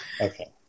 Okay